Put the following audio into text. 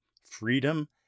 freedom